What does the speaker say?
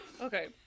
okay